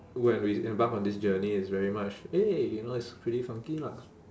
when we embark on this journey it's very much eh you know it's pretty funky lah